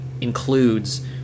includes